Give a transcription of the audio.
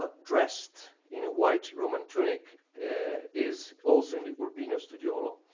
ah dressed in a white roman tunic is also in the urbino studiolo.